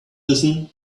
listen